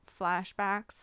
flashbacks